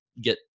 get